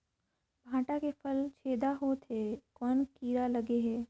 भांटा के फल छेदा होत हे कौन कीरा लगे हे?